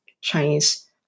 Chinese